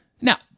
Now